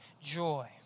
joy